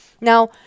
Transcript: Now